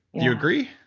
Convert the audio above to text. you agree?